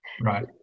Right